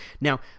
Now